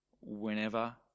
whenever